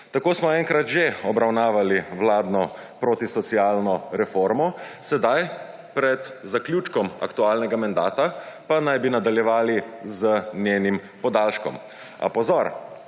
Tako smo enkrat že obravnavali vladno protisocialno reformo, sedaj, pred zaključkom aktualnega mandata, pa naj bi nadaljevali z njenim podaljškom. A pozor!